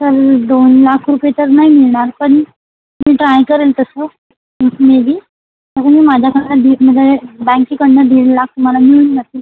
sir दोन लाख रुपये तर नाही मिळणार पण मी ट्राय करेन तसं मे बी कारण मी माझ्याकडनं दीडमध्ये म्हणजे बँकेकडून दीड लाख तुम्हाला मिळून जातील पण मे बी पॉसिबल झालं तेवढं दोन लाखपर्यंत तर देईल माझ्याकडनं ट्राय होईल तेवढा